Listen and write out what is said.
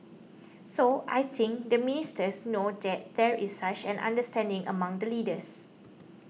so I think the ministers know that there is such an understanding among the leaders